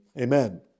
amen